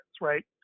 right